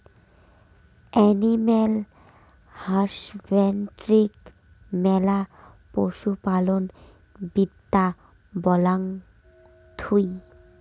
animal হাসব্যান্ড্রিকে মোরা পশু পালন বিদ্যা বলাঙ্গ থুই